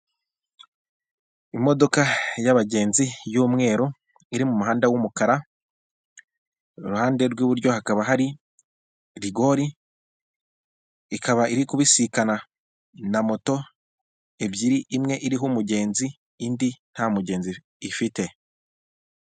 Imodoka y'abagenzi y'umweru iri mu muhanda w'umukara, iruhande rw'iburyo hakaba hari rigori, ikaba iri kubisikana na moto ebyiri imwe iriho umugenzi, indi nta mugenzi ifite.